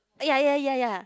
ah ya ya ya ya